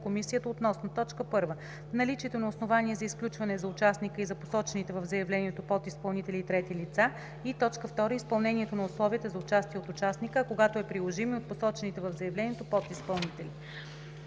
комисията относно: 1. наличието на основание за изключване за участника и за посочените в заявлението подизпълнители и трети лица, и 2. изпълнението на условията за участие от участника, а когато е приложимо – и от посочените в заявлението подизпълнители.“